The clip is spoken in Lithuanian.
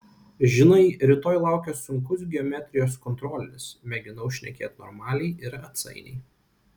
žinai rytoj laukia sunkus geometrijos kontrolinis mėginau šnekėti normaliai ir atsainiai